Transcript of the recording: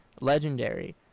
Legendary